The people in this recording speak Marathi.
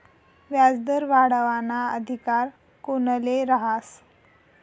व्याजदर वाढावाना अधिकार कोनले रहास?